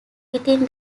within